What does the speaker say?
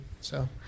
So-